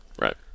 Right